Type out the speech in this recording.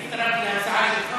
אתה יודע שהצטרפתי להצעה שלך.